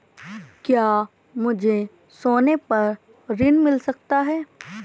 क्या मुझे सोने पर ऋण मिल सकता है?